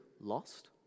lost